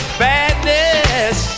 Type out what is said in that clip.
badness